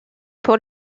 pour